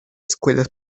escuelas